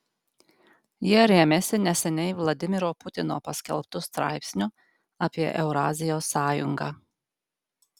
jie rėmėsi neseniai vladimiro putino paskelbtu straipsniu apie eurazijos sąjungą